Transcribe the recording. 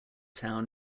town